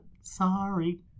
Sorry